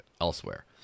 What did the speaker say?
elsewhere